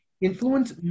influence